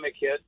hit